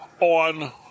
on